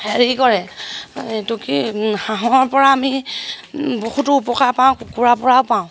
হেৰি কৰে এইটো কি হাঁহৰ পৰা আমি বহুতো উপকাৰ পাওঁ কুকুৰাৰ পৰাও পাওঁ